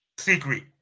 secret